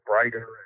brighter